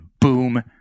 boom